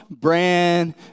Brand